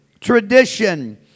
tradition